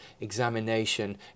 examination